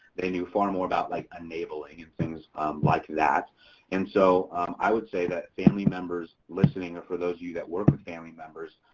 they knew far more about like enabling and things like that and so i would say that family members listening and for those you that work family members,